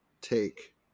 take